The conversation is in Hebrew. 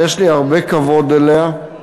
שיש לי הרבה כבוד אליה,